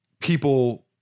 people